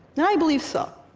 now, i believe so.